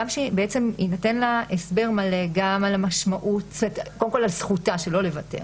יינתן לה הסבר מלא על זכותה שלא לוותר,